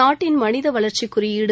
நாட்டின் மனித வளர்ச்சி குறியீடு